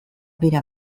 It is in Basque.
bera